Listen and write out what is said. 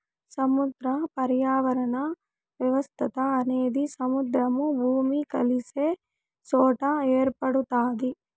సముద్ర పర్యావరణ వ్యవస్థ అనేది సముద్రము, భూమి కలిసే సొట ఏర్పడుతాది